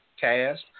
cast